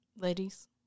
Ladies